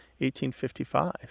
1855